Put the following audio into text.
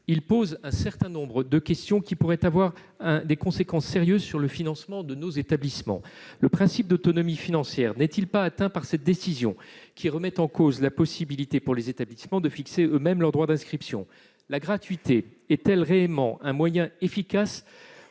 Il pose un certain nombre de questions qui pourraient avoir un impact sérieux sur le financement de nos établissements. Le principe d'autonomie financière n'est-il pas atteint par cette décision, qui remet en cause la possibilité pour les établissements de fixer eux-mêmes leurs droits d'inscription ? La gratuité est-elle réellement un moyen efficace